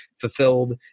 fulfilled